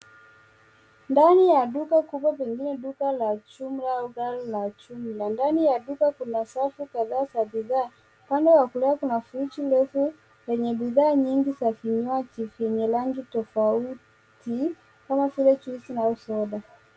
Ndani ya duka kubwa pengine duka la jumla au ghala la jumla. Ndani ya duka kuna safu kadhaa za bidhaa. Upande wa kulia kuna friji ndefu yenye bidhaa nyingi za vinywaji vyenye rangi tofauti kama vile juisi au soda.